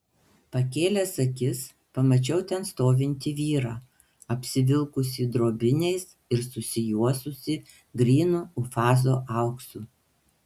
pakėlęs akis pamačiau ten stovintį vyrą apsivilkusį drobiniais ir susijuosusį grynu ufazo auksu